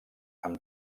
amb